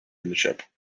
ownership